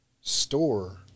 store